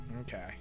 Okay